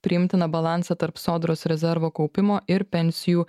priimtiną balansą tarp sodros rezervo kaupimo ir pensijų